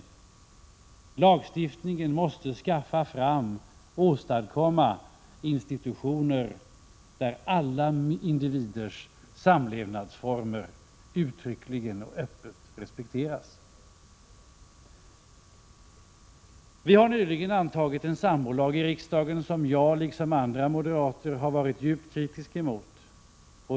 Lagstiftningen måste åstadkomma institutioner där alla individers samlevnadsformer uttryckligen och öppet respekteras. Riksdagen har nyligen antagit en sambolag som jag liksom andra moderater har varit djupt kritisk mot.